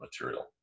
material